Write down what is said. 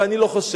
ואני לא חושב,